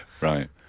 Right